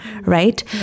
right